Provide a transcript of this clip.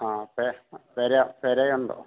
ആ പുര പുര ഉണ്ടോ